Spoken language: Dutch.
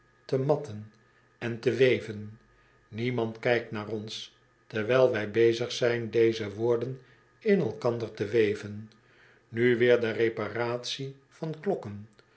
te matten en te weven niemand kijkt naar ons terwijl wy bezig zijn deze woorden in elkander te weven nu weer de reparatie van klokken